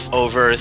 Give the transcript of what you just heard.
over